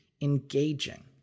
engaging